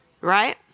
right